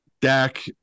Dak